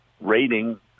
rating